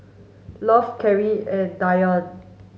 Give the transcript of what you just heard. Love Caryl and Diann